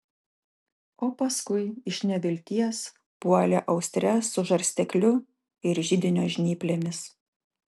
o paskui iš nevilties puolė austres su žarstekliu ir židinio žnyplėmis